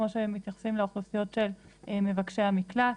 כמו שמתייחסים לאוכלוסיות של מבקשי המקלט,